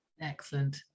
Excellent